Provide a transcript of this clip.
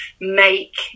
make